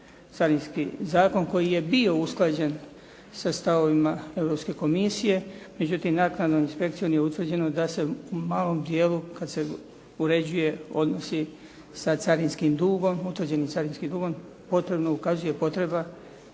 Carinski zakon koji je bio usklađen sa stavovima Europske komisije, međutim naknadnom inspekcijom je utvrđeno da se u malom dijelu kad se uređuje odnosi sa carinskim dugom, utvrđenim carinskim dugom potrebno ukazuje potreba